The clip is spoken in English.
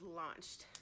launched